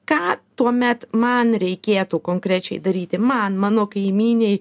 ką tuomet man reikėtų konkrečiai daryti man mano kaimynei